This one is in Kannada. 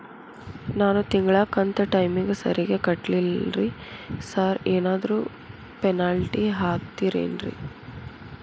ನಾನು ತಿಂಗ್ಳ ಕಂತ್ ಟೈಮಿಗ್ ಸರಿಗೆ ಕಟ್ಟಿಲ್ರಿ ಸಾರ್ ಏನಾದ್ರು ಪೆನಾಲ್ಟಿ ಹಾಕ್ತಿರೆನ್ರಿ?